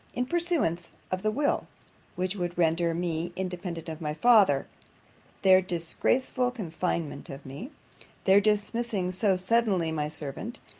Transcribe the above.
in pursuance of the will which would render me independent of my father their disgraceful confinement of me their dismissing so suddenly my servant,